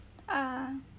ah